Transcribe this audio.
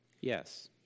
Yes